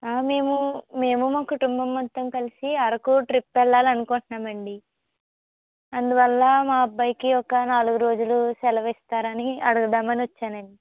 మేమూ మేము మా కుటుంబం మొత్తం కలిసి అరకు ట్రిప్ వెళ్ళాలి అనుకుంటున్నాం అండి అందువల్ల మా అబ్బాయికి ఒక నాలుగు రోజులు సెలవు ఇస్తారు అని అడగదామని వచ్చానండి